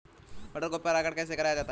मटर को परागण कैसे कराया जाता है?